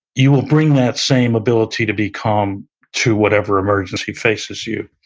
you will bring that same ability to be calm to whatever emergency faces you.